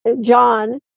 John